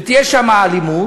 ותהיה שם אלימות,